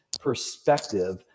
perspective